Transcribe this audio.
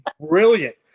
brilliant